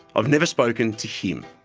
i've never spoken to him.